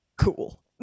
cool